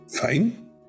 Fine